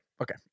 Okay